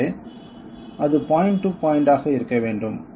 எனவே அது point to point ஆக இருக்க வேண்டும்